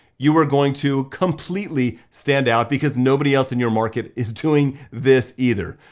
you are going to completely stand out because nobody else in your market is doing this either.